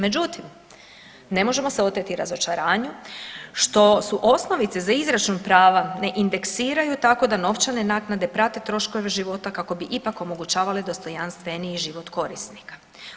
Međutim, ne možemo se oteti razočaranju što su osnovice za izračun prava ne indeksiraju tako da novčane naknade prate troškove života kako bi ipak omogućavale dostojanstveniji život korisnika.